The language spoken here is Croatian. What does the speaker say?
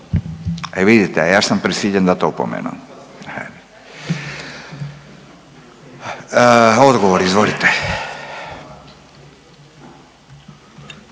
E vidite, a ja sam prisiljen dati opomenu. Odgovor, izvolite.